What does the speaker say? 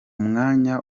mwanya